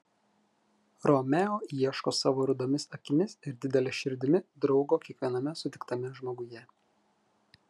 romeo ieško savo rudomis akimis ir didele širdimi draugo kiekviename sutiktame žmoguje